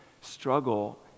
struggle